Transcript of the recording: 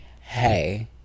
hey